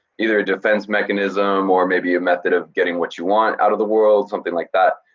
either a defense mechanism, or maybe a method of getting what you want out of the world, something like that.